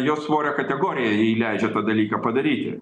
jos svorio kategorija jai leidžia tą dalyką padaryti